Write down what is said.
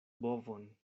bovon